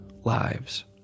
lives